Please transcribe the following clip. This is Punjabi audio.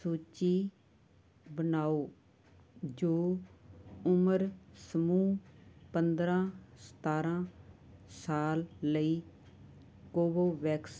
ਸੂਚੀ ਬਣਾਓ ਜੋ ਉਮਰ ਸਮੂਹ ਪੰਦਰਾਂ ਸਤਾਰਾਂ ਸਾਲ ਲਈ ਕੋਵੋਵੈਕਸ